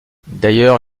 d’ailleurs